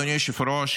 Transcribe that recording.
אדוני היושב-ראש,